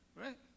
Right